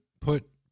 put